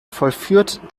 vollführt